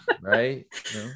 Right